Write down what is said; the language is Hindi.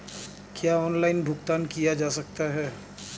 क्या ऑनलाइन भुगतान किया जा सकता है?